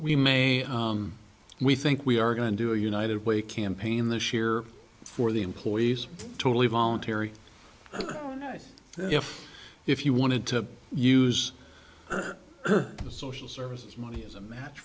we may we think we are going to do a united way campaign this year for the employees totally voluntary if you wanted to use the social services money as a match